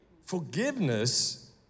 Forgiveness